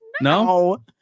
No